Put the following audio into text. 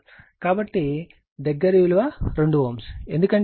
కాబట్టి దగ్గరి విలువ 2 Ω ఎందుకంటే ఈ విలువ 0